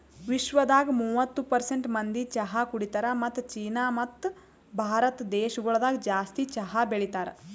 ವಿಶ್ವದಾಗ್ ಮೂವತ್ತು ಪರ್ಸೆಂಟ್ ಮಂದಿ ಚಹಾ ಕುಡಿತಾರ್ ಮತ್ತ ಚೀನಾ ಮತ್ತ ಭಾರತ ದೇಶಗೊಳ್ದಾಗ್ ಜಾಸ್ತಿ ಚಹಾ ಬೆಳಿತಾರ್